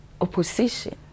opposition